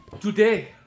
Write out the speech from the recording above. today